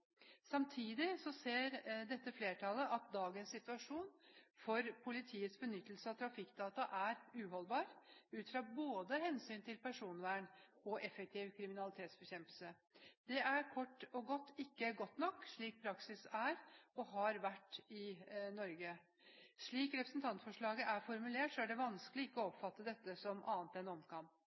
så mye som mulig. Samtidig ser dette flertallet at dagens situasjon for politiets benyttelse av trafikkdata er uholdbar, ut fra både hensynet til personvern og effektiv kriminalitetsbekjempelse. Det er kort og godt ikke godt nok slik praksis er, og har vært, i Norge. Slik representantforslaget er formulert, er det vanskelig å oppfatte dette som annet enn omkamp.